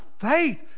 faith